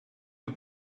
the